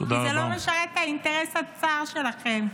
כי זה לא משרת את האינטרס הצר שלכם.